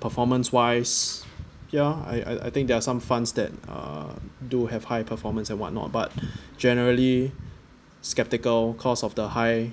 performance wise ya I I I think there are some funds that uh do have high performance and what not but generally sceptical cause of the high